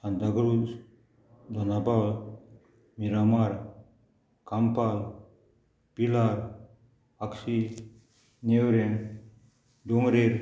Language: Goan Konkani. सांताक्रुज दोनापावूल मिरामार कामपाल पिलार अक्षी निवरेम डोंगरेर